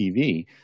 TV